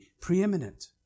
preeminent